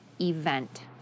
event